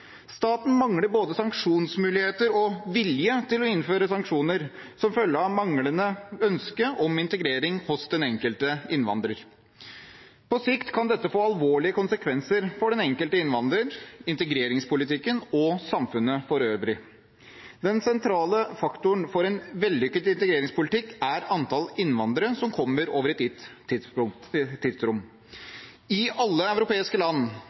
Staten mangler både sanksjonsmuligheter og vilje til å innføre sanksjoner som følge av manglende ønske om integrering hos den enkelte innvandrer. På sikt kan dette få alvorlige konsekvenser for den enkelte innvandrer, integreringspolitikken og samfunnet for øvrig. Den sentrale faktoren for en vellykket integreringspolitikk er antall innvandrere som kommer over et gitt tidsrom. I alle europeiske land